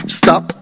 stop